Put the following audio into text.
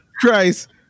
Christ